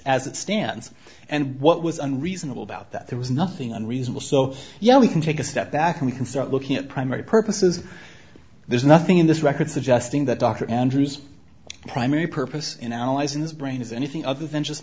as it stands and what was unreasonable about that there was nothing unreasonable so yeah we can take a step back and we can start looking at primary purposes there's nothing in this record suggesting that dr andrews primary purpose in allies in this brain is anything other than just